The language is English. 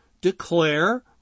declare